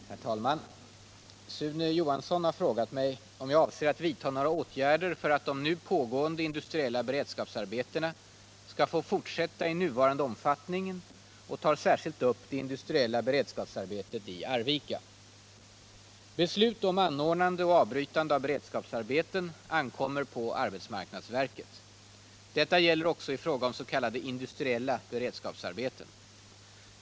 Herr talman! Sune Johansson har frågat mig om jag avser att vidta några åtgärder för att de nu pågående industriella beredskapsarbetena skall få fortsätta i nuvarande omfattning och tar särskilt upp det industriella beredskapsarbetet i Arvika. Beslut om anordnande och avbrytande av beredskapsarbeten ankommer på arbetsmarknadsverket. Detta gäller också i fråga om s.k. indu striella beredskapsarbeten.